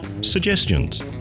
Suggestions